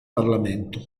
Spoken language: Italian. parlamento